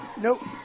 Nope